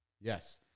Yes